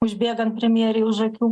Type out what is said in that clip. užbėgant premjerei už akių